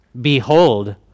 Behold